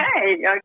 okay